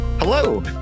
Hello